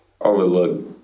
overlook